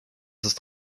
ist